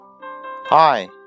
Hi